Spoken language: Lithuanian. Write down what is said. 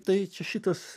tai čia šitas